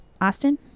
Austin